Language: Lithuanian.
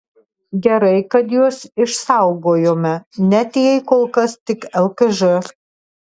gerai kad juos išsaugojome net jei kol kas tik lkž